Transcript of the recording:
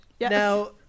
Now